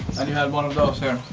and you have one of those, here.